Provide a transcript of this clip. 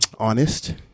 honest